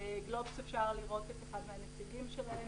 בגלובס אפשר לראות את אחד מהנציגים שלהם,